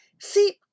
see